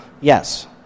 yes